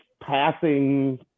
passing